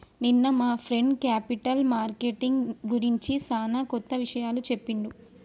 నిన్న మా friend capital marketing గురించి సానా కొత్త విషయాలు చెప్పిండు